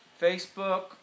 Facebook